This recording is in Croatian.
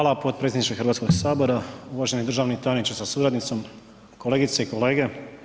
Hvala podpredsjedniče Hrvatskog sabora, uvaženi državni tajniče sa suradnicom, kolegice i kolege.